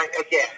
again